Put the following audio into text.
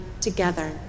together